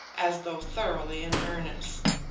as though thoroughly in earnest.